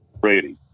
Brady